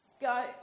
Go